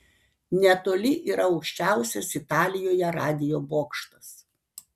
netoli yra aukščiausias italijoje radijo bokštas